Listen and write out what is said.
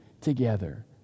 together